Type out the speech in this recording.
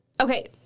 Okay